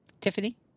Tiffany